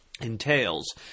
Entails